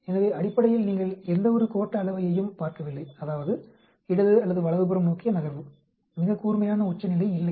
எனவே அடிப்படையில் நீங்கள் எந்த ஒரு கோட்ட அளவையையும் பார்க்கவில்லை அதாவது இடது அல்லது வலதுபுறம் நோக்கிய நகர்வு மிக கூர்மையான உச்சநிலை இல்லை